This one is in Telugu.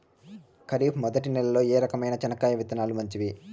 ఖరీఫ్ మొదటి నెల లో ఏ రకమైన చెనక్కాయ విత్తనాలు మంచివి